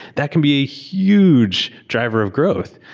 that can be a huge driver of growth.